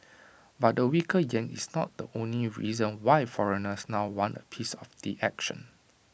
but the weaker Yen is not the only reason why foreigners now want A piece of the action